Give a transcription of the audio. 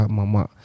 mama